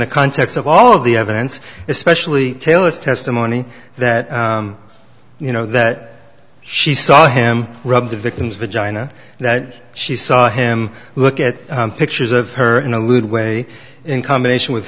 the context of all of the evidence especially taylor's testimony that you know that she saw him rub the victim's vagina that she saw him look at pictures of her in a lewd way in combination with